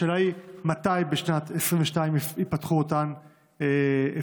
השאלה היא מתי בשנת 2022 ייפתחו אותן אפשרויות?